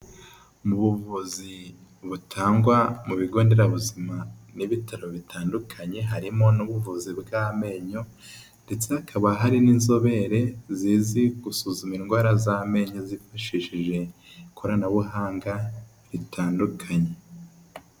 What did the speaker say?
Mu buvuzi butangwa mu bigo nderabuzima n'ibitaro bitandukanye harimo n'ubuvuzi bw'amenyo, ndetse hakaba hari n'inzobere zizi gusuzuma indwara z'amenyo zifashishije ikoranabuhanga ritandukanye.